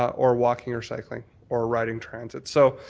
or walking or cycling or riding transit. so